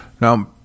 Now